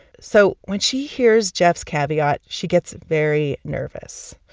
so when she hears jeff's caveat, she gets very nervous.